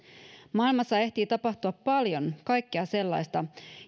maailmassa ehtii tapahtua paljon kaikkea sellaista